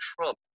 Trump